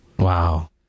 Wow